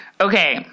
Okay